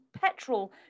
petrol